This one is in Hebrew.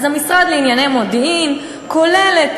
אז המשרד לענייני מודיעין כולל,